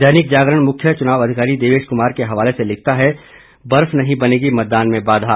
दैनिक जागरण मुख्य चुनाव अधिकारी देवेश कुमार के हवाले से लिखता है बर्फ नहीं बनेगी मतदान में बाधा